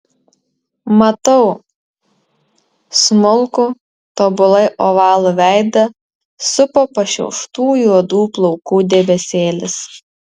matau smulkų tobulai ovalų veidą supo pašiauštų juodų plaukų debesėlis